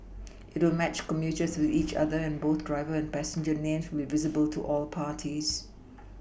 it will match commuters with each other and both driver and passenger names will be visible to all parties